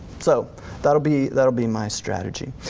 so that'll be that'll be my strategy.